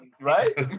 right